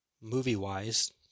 movie-wise